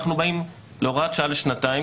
אנחנו באים להוראת שעה לשנתיים,